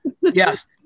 Yes